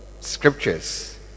scriptures